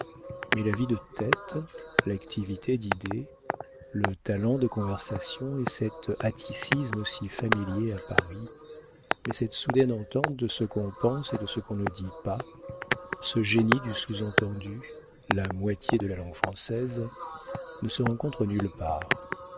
mais la vie de tête l'activité d'idées le talent de conversation et cet atticisme si familiers à paris mais cette soudaine entente de ce qu'on pense et de ce qu'on ne dit pas ce génie du sous-entendu la moitié de la langue française ne se rencontrent nulle part